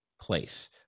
place